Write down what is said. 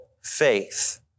faith